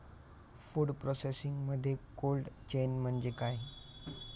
Food प्रोसेसिंगमध्ये cold chain म्हणजे काय?